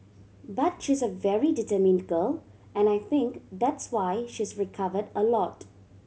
but she's a very determined girl and I think that's why she's recovered a lot